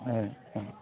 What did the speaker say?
হয়